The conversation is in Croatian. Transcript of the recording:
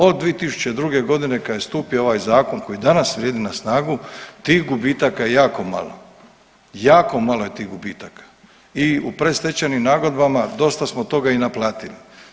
Od 2000.g. kada je stupio ovaj zakon koji danas vrijedi na snagu, tih gubitaka je jako malo, jako malo je tih gubitaka i u predstečajnim nagodbama dosta smo toga i naplatili.